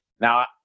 Now